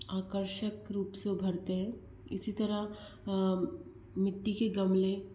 आकर्षक रूप से उभरते हैं इसी तरह मिट्टी के गमले